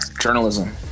journalism